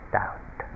doubt